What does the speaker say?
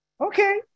Okay